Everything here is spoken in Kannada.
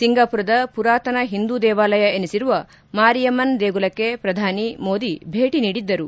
ಸಿಂಗಾಪುರದ ಪುರಾತನ ಹಿಂದೂ ದೇವಾಲಯ ಎನಿಸಿರುವ ಮಾರಿಯಮ್ಹನ್ ದೇಗುಲಕ್ಷೆ ಪ್ರಧಾನಿ ಮೋದಿ ಭೇಟಿ ನೀಡಿದ್ದರು